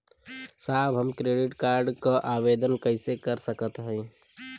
साहब हम credit card क आवेदन कइसे कर सकत हई?